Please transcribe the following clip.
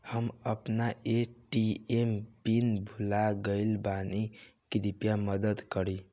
हम अपन ATM PIN भूल गएल बानी, कृपया मदद करीं